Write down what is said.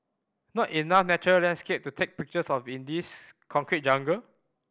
not enough natural landscape to take pictures of in this concrete jungle